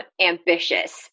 ambitious